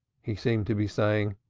he seemed to be saying.